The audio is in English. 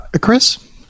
Chris